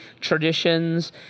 traditions